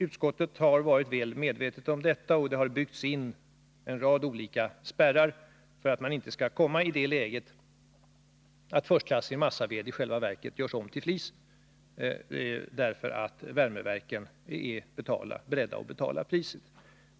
Utskottet har varit väl medvetet om detta, och det har byggts in en rad olika spärrar för att man inte skall komma i det läget att förstklassig massaved i själva verket görs om till flis, därför att värmeverken är beredda att betala priset.